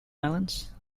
islands